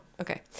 okay